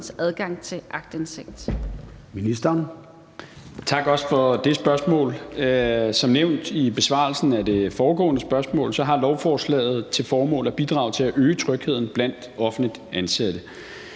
Tak også for det spørgsmål. Som nævnt i besvarelsen af det foregående spørgsmål har lovforslaget til formål at bidrage til at øge trygheden blandt offentligt ansatte.